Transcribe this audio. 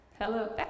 Hello